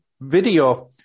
video